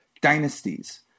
dynasties